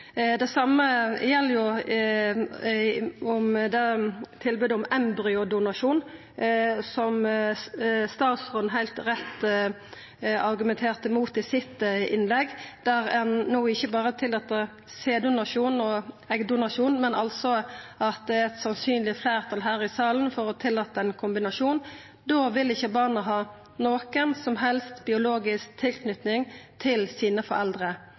Det same gjeld tilbodet om embryodonasjon, som statsråden heilt rett argumenterte imot i sitt innlegg, der ein no ikkje berre tillèt sæddonasjon og eggdonasjon, men der det altså er eit sannsynleg fleirtal her i salen for å tillata ein kombinasjon. Da vil ikkje barnet har nokon som helst biologisk tilknyting til foreldra sine,